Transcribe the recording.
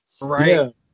Right